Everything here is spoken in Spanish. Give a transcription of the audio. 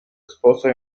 esposo